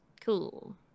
Cool